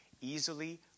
easily